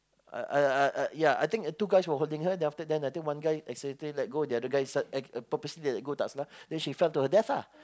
I I I ya I think two guys were holding her then after that I think one guy accidentally let go the other guy purposely let go then the other guy started purposely let go tak salah then she felled to her death lah